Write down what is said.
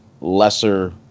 lesser